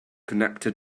connected